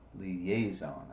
liaison